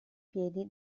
piedi